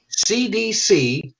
CDC